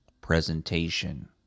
presentation